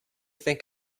think